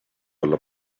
olla